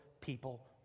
people